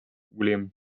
william